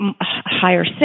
higher